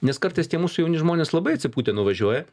nes kartais tie mūsų jauni žmonės labai atsipūtę nuvažiuoja